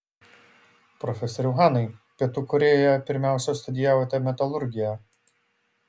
profesoriau hanai pietų korėjoje pirmiausia studijavote metalurgiją